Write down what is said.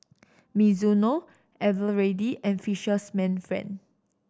Mizuno Eveready and Fisherman's Friend